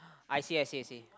I see I see I see